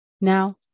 Now